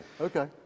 okay